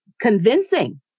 convincing